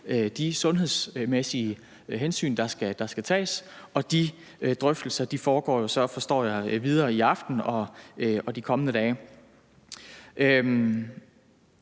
de sundhedsmæssige hensyn, der skal tages – og de drøftelser fortsætter, forstår jeg, i aften og de kommende dage.